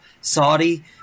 Saudi